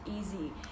easy